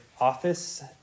office